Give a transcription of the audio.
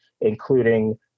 including